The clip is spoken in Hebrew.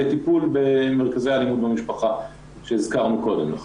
למרכזי אלימות במשפחה שהזכרנו קודם לכן.